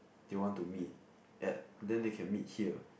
they want to meet at then they can meet here